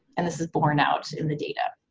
and this is borne out in the data.